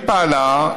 היא פעלה,